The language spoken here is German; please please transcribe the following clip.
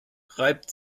reibt